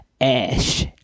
ash